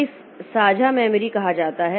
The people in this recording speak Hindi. तो इसे साझा मेमोरी कहा जाता है